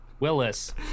Willis